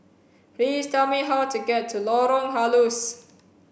please tell me how to get to Lorong Halus